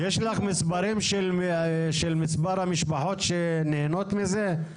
יש לך מספרים של מספר המשפחות שנהנות מזה?